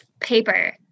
Paper